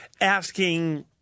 Asking